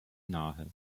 nahe